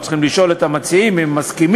צריך לשאול את המציעים אם הם מסכימים.